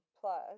plus